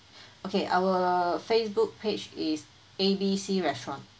okay our facebook page is A B C restaurant